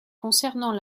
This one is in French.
concernant